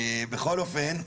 בכל אופן,